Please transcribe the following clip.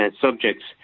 subjects